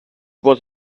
was